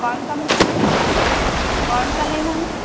कौनसा मछली कौनसा लेना है